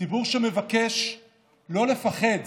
ציבור שמבקש לא לפחד